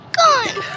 gone